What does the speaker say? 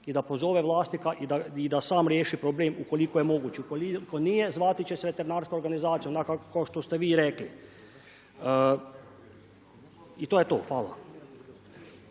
i da pozove vlasnika i da sam riješi problem ukoliko je moguće. Ukoliko nije, zvati će se veterinarska organizacija, onako kao što ste vi i rekli. I to je to. Hvala.